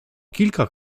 kilka